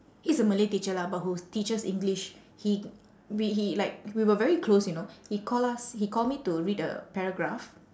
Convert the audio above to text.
he's a malay teacher lah but who teaches english he we he like we were very close you know he call us he call me to read a paragraph